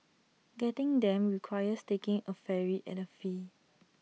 getting them requires taking A ferry at A fee